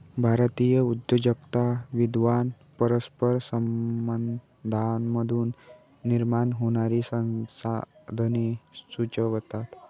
जातीय उद्योजकता विद्वान परस्पर संबंधांमधून निर्माण होणारी संसाधने सुचवतात